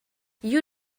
you